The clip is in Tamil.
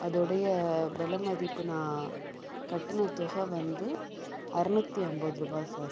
அதோடைய விலை மதிப்பு நான் கட்டுண தொகை வந்து அறநூற்றி ஐம்பதுருபா சார்